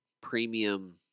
premium